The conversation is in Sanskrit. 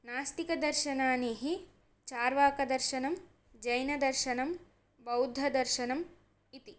नास्तिकदर्शनानि चार्वाकदर्शनं जैनदर्शनं बौद्धदर्शनम् इति